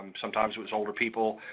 um sometimes it was older people